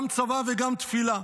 גם צבא וגם תפילה.